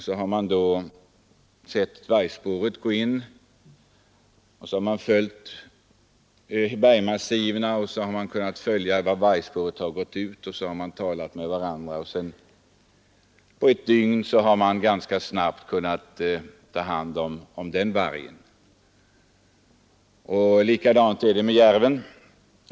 Så har man sett vargspåret, man har följt det i bergmassiven och sett var det gått ut, och på ett dygn har man kunnat ta hand om den vargen. Likadant är det med järven.